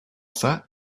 set